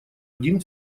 один